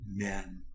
Amen